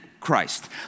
Christ